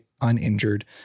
uninjured